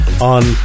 on